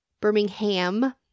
Birmingham